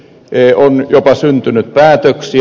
on jopa syntynyt päätöksiä